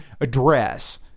address